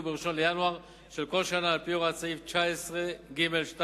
ב-1 בינואר של כל שנה על-פי הוראת סעיף 19(ג)(2)".